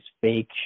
fake